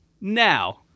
Now